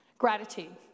Gratitude